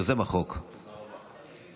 יוזם החוק, ברשותך.